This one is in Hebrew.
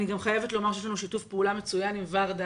אני גם חייבת לומר שיש לנו שיתוף פעולה מצוין עם ורדה,